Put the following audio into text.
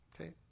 Okay